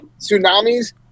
tsunamis